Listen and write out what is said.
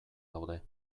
daude